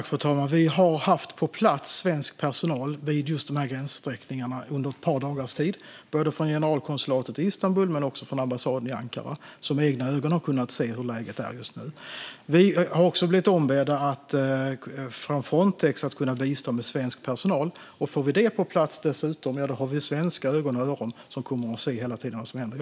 Fru talman! Vi har haft svensk personal på plats vid just de här gränssträckningarna under ett par dagars tid, både från generalkonsulatet i Istanbul och från ambassaden i Ankara, som med egna ögon har kunnat se hur läget är just nu. Vi har också blivit ombedda av Frontex att bistå med svensk personal. Får vi dessutom det på plats har vi svenska ögon och öron som hela tiden kommer att se vad som händer.